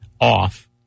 off